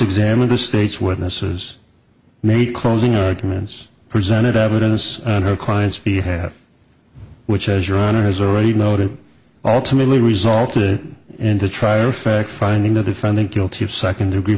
examined the state's witnesses made closing arguments presented evidence on her client's be half which as your honor has already noted ultimately resulted in to try to effect finding the defendant guilty of second degree